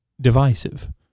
divisive